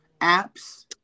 apps